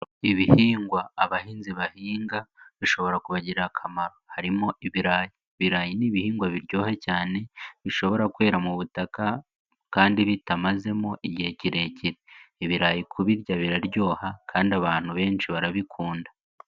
Ibihingwa abahinzi bahinga bishobora kubagirira akamaro harimo ibirayi. Ibirayi ni ibihingwa biryoha cyane bishobora kweera mu butaka kandi bitamazemo igihe kirekire. Ibirayi kubirya biraryoha kandi abantu benshi barabikunda.